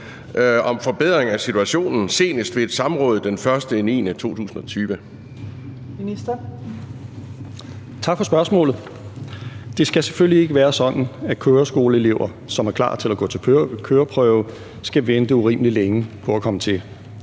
Ministeren. Kl. 15:24 Justitsministeren (Nick Hækkerup): Tak for spørgsmålet. Det skal selvfølgelig ikke være sådan, at køreskoleelever, som er klar til at gå til køreprøve, skal vente urimeligt længe på at komme til.